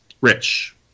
Rich